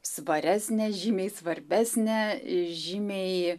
svaresnė žymiai svarbesnė žymiai